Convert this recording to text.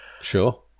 Sure